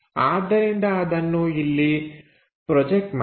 ಆದ್ದರಿಂದ ಅದನ್ನು ಇಲ್ಲಿ ಪ್ರೊಜೆಕ್ಟ್ ಮಾಡಿ